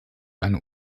eine